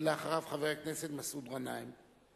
ואחריו, חבר הכנסת מסעוד גנאים.